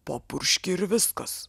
papurški ir viskas